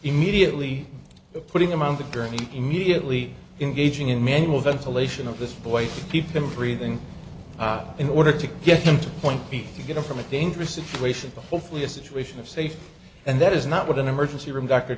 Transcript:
immediately putting him on the gurney immediately engaging in manual ventilation of this boy to keep him breathing in order to get him to point b to get a from a dangerous situation to hopefully a situation of safety and that is not what an emergency room doctor